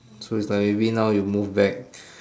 so is like maybe now you move back